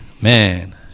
Man